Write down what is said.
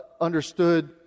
understood